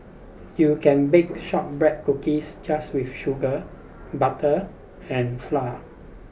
you can bake shortbread cookies just with sugar butter and flour